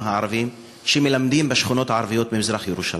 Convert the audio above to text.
הערבים שמלמדים בשכונות הערביות במזרח-ירושלים.